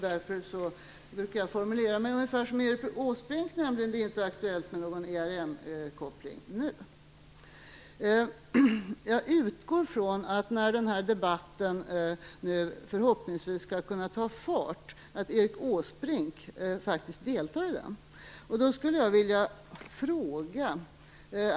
Därför brukar jag formulera mig ungefär som Erik Åsbrink gör, nämligen att det inte är aktuellt med någon ERM-koppling nu. Jag utgår från att Erik Åsbrink deltar när den här debatten nu förhoppningsvis skall ta fart.